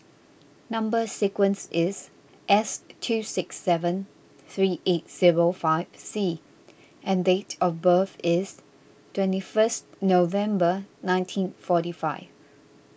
Number Sequence is S two six seven three eight zero five C and date of birth is twenty first November nineteen forty five